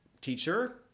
teacher